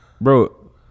bro